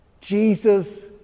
Jesus